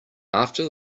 after